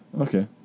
Okay